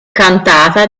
cantata